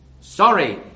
Sorry